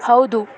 ಹೌದು